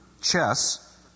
chess